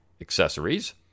accessories